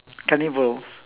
carnivores